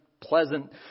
Pleasant